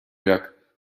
jak